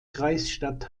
kreisstadt